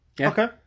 okay